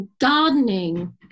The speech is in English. gardening